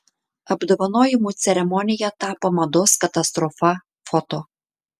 apdovanojimų ceremonija tapo mados katastrofa foto